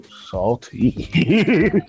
Salty